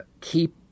keep